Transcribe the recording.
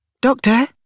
Doctor